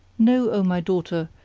know, o my daughter,